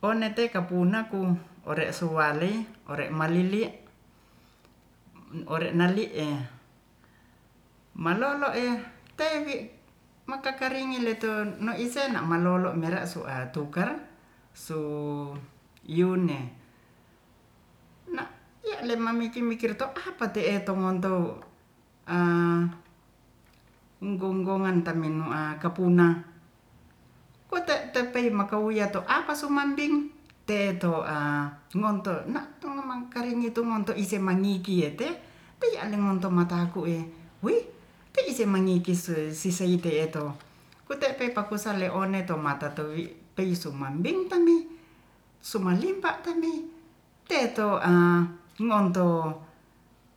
One te kamuna ku ore suwale ore malili ore nali malolo e tewi makakaringin le to ne ise na malolo mera su atu ka su yuno na ya mamikir mikir to apa te'e tomon towo gonggongan tani a kapuna kote tepei makauya to apa so man ding teto a ngonto na memang karingikie te piaan ne moto mataku e wih te ise mangikis se sise i te to kutepe pakusan one to matatu tuwi peiso mambintang i sumalimpa tindi teto a monto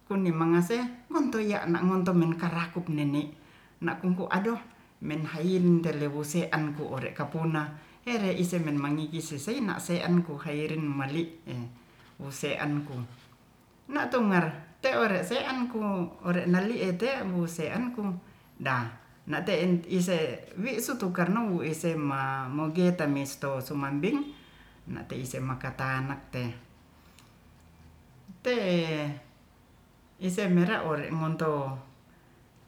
kuning mangase monto ya na nonto mangase gontoi ya na ngontong kayakup nene na kum ka adoh men hainterewuse angku re kapuna ere ise men mangikis sise na en ku hairin malik use anku na to mar te ore sean ku ore nalie te wuseanku da na te'en ise wi situkar nuwu ise ma magetoen misto sumambing n te ise makatana te te ise mera ore ngonto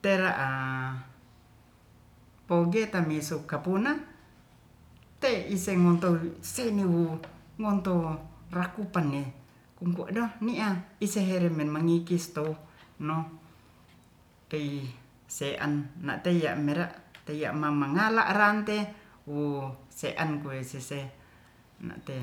tera apogeta mi sop kapuna te iseng montou se newu ngontou rakupangge kunko da ni a ise heremen mangikis to no te se an na teya mera teya mamangala rante wu sean sue sese na te